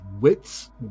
wits